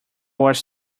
was